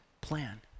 plan